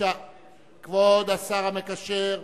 כבוד השר המקשר,